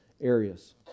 areas